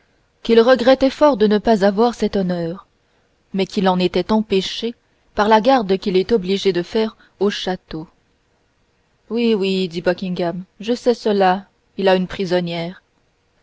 qu'il regrettait fort de ne pas avoir cet honneur mais qu'il en était empêché par la garde qu'il est obligé de faire au château oui oui dit buckingham je sais cela il a une prisonnière